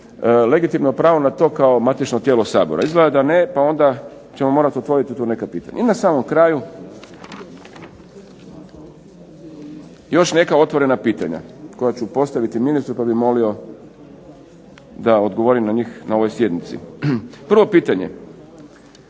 legitimno pravo na to kao matično tijelo Sabora. Izgleda da ne, pa onda ćemo morati otvoriti tu neka pitanja. I na samom kraju još neka otvorena pitanja koja ću postaviti ministru pa bih molio da odgovori na njih na ovoj sjednici. Prvo pitanje.